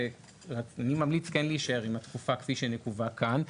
אני ממליץ כן להישאר עם התקופה כפי שנקובה כאן.